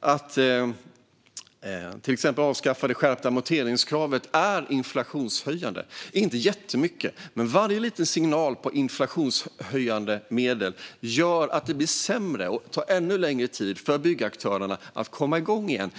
Att till exempel avskaffa det skärpta amorteringskravet skulle vara inflationshöjande - inte jättemycket, men varje liten signal om inflationshöjande åtgärder gör att det blir sämre och tar ännu längre tid för byggaktörerna att komma igång igen.